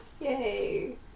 Yay